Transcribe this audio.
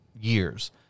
years